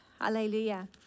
hallelujah